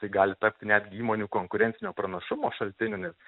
tai gali tapti netgi įmonių konkurencinio pranašumo šaltiniu nes